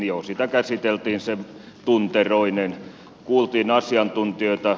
joo sitä käsiteltiin se tunteroinen kuultiin asiantuntijoita